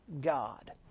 god